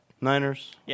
Niners